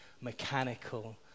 mechanical